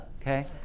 okay